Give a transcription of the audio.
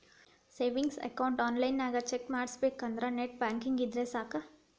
savings account ಆನ್ಲೈನ್ನ್ಯಾಗ check ಮಾಡಬೇಕಂದ್ರ net banking ಇದ್ರೆ ಸಾಕ್